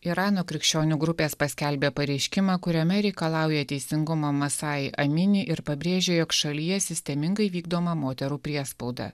irano krikščionių grupės paskelbė pareiškimą kuriame reikalauja teisingumo masajai amini ir pabrėžė jog šalyje sistemingai vykdoma moterų priespauda